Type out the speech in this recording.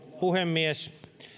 puhemies